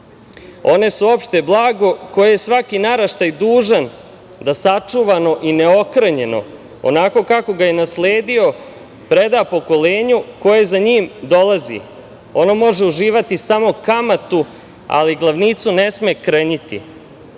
one su opšte blago koje svaki naraštaj dužan da sačuvano i neokrnjeno, onako kako ga je nasledio, preda pokolenju koje za njim dolazi. Ono može uživati samo kamatu, ali glavnicu ne sme krnjiti.I